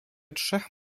trzech